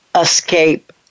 escape